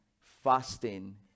fasting